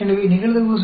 எனவே நிகழ்தகவு 0